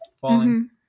falling